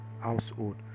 household